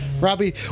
Robbie